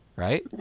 right